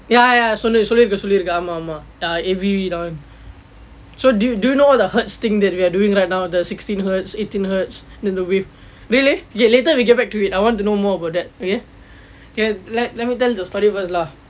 ya ya சொல்லு சொல்லிருக்க சொல்லிருக்க:sollu sollirukka sollirukka A_V தான்:thaan so do you do you know the hertz thing that we are doing right now the sixteen hertz eighteen hertz and then the wave really later we get back to it I want to know more about that okay let let me tell the story first lah